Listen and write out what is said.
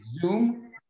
Zoom